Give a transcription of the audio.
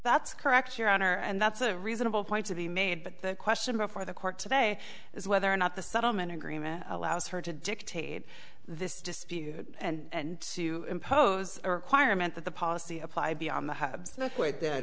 that's correct your honor and that's a reasonable point to be made but the question before the court today is whether or not the settlement agreement allows her to dictate this dispute and to impose a requirement that the policy apply be on the ha